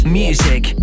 music